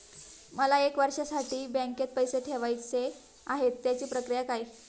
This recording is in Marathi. मला एक वर्षासाठी बँकेत पैसे ठेवायचे आहेत त्याची प्रक्रिया काय?